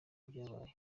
ibyabaye